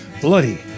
bloody